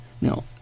Now